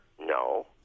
No